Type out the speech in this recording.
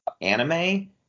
anime